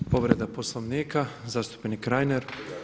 Povreda Poslovnika zastupnik Reiner.